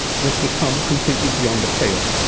has become completely beyond the pale.